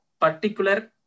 particular